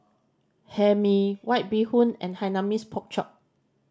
Hae Mee White Bee Hoon and Hainanese Pork Chop